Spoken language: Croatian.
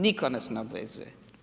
Nitko nas ne obvezuje.